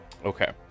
Okay